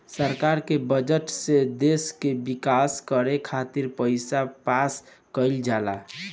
सरकार के बजट से देश के विकास करे खातिर पईसा पास कईल जाला